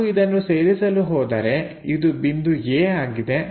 ನಾವು ಇದನ್ನು ಸೇರಿಸಲು ಹೋದರೆ ಇದು ಬಿಂದು A ಆಗಿದೆ